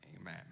Amen